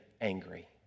angry